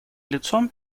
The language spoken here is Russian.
лицом